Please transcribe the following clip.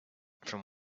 from